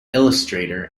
illustrator